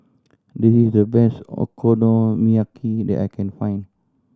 this is the best Okonomiyaki that I can find